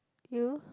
you